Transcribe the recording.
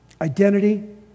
Identity